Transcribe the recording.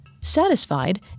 Satisfied